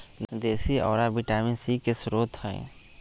देशी औरा vitamin C के स्रोत हई